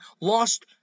lost